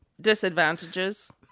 Disadvantages